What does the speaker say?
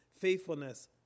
faithfulness